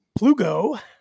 plugo